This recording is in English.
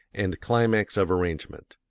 and climax of arrangement.